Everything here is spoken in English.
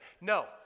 no